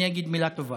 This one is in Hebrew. אני אגיד מילה טובה.